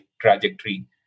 trajectory